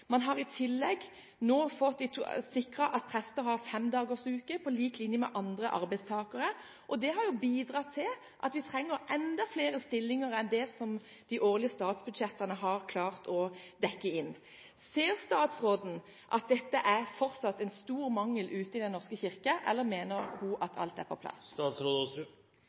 Man har i tillegg nå fått sikret at prester har femdagersuke på lik linje med andre arbeidstakere. Det har bidratt til at vi trenger enda flere stillinger enn det de årlige statsbudsjettene har klart å dekke inn. Ser statsråden at dette er fortsatt en stor mangel ute i Den norske kirke, eller mener hun at alt er på plass?